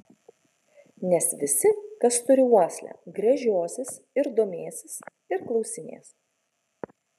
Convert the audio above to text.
nes visi kas turi uoslę gręžiosis ir domėsis ir klausinės